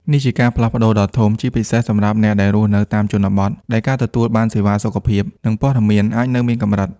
នេះជាការផ្លាស់ប្តូរដ៏ធំ ជាពិសេសសម្រាប់អ្នកដែលរស់នៅតាមជនបទ ដែលការទទួលបានសេវាសុខភាព និងព័ត៌មានអាចនៅមានកម្រិត។